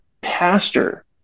pastor